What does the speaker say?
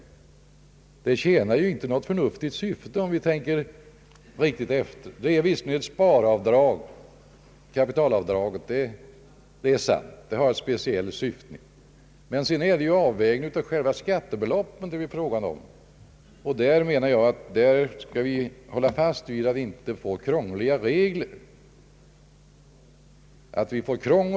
De tjänar inte något förnuftigt syfte, om vi riktigt tänker efter. Kapitalavdraget är visserligen ett sparavdrag och har ett speciellt syfte. Men sedan blir det ytterst fråga om avvägning av själva skattebeloppen. Jag anser att vi skall hålla fast vid att vi inte vill ha krångligare regler därvidlag.